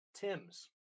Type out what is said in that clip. Tim's